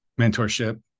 mentorship